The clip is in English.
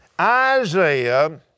Isaiah